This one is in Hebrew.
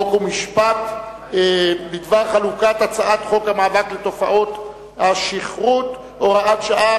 חוק ומשפט בדבר חלוקת הצעת חוק המאבק בתופעת השכרות (הוראת שעה),